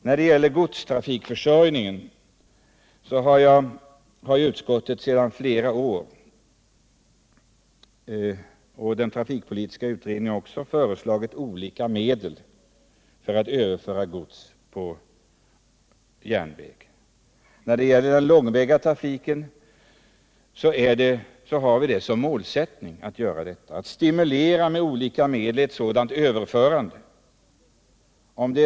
När det gäller godstrafikförsörjningen har utskottet och även trafikpolitiska utredningen sedan flera år föreslagit olika metoder för att överföra gods till järnväg. Angående den långväga trafiken har vi målsättningen att med olika medel stimulera ett sådant överförande till järnvägen.